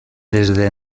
desde